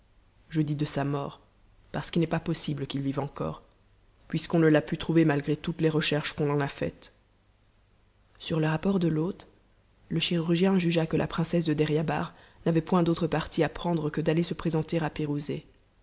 je dis de sa mort parce qu'il n'est pas possible qu'il vive encore puisqu'on ne t'a pu trouver malgré toutes les recherches qu'on en a faites a sur le rapport de l'hôte le chirurgien jugea que la princesse de deryabar n'avait point d'autre parti à prendre que d'aller se présenter